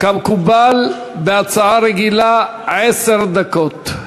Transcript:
כמקובל בהצעה רגילה, עשר דקות.